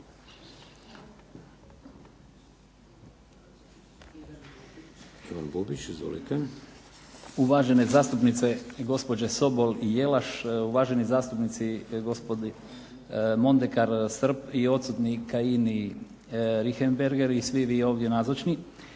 Uvažene zastupnice i gospođe Sobol i Jelaš, uvaženi zastupnici gospodo Mondekar, Srb i odsutni Kajin i Richembergh i svi vi ovdje nazočni.